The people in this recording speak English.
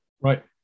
Right